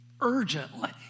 urgently